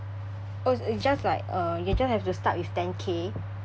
oh it it's just like uh you just have to start with ten K